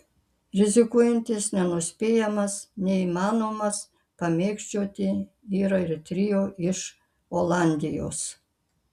rizikuojantis nenuspėjamas neįmanomas pamėgdžioti yra ir trio iš olandijos